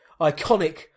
iconic